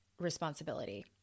responsibility